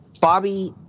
Bobby